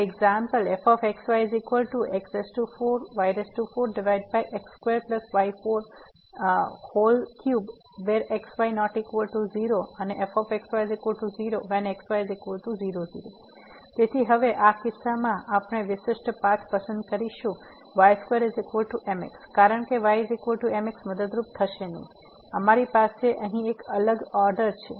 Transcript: તેથી અમારી પાસે fxyx4y4x2y43xy≠00 0xy00 તેથી હવે આ કિસ્સામાં આપણે વિશિષ્ટ પાથ પસંદ કરીશું y2mx કારણ કે y mx મદદરૂપ થશે નહીં અમારી પાસે અહીં એક અલગ ઓર્ડર છે